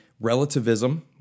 relativism